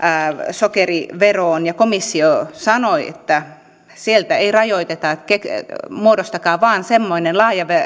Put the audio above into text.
sokeriveroon ja komissio sanoi että sieltä ei rajoiteta muodostakaa vain semmoinen